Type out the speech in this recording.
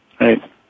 right